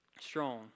strong